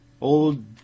Old